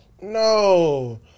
No